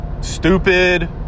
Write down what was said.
stupid